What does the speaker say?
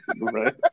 Right